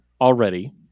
already